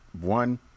One